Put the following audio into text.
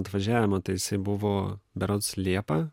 atvažiavimo tai jisai buvo berods liepą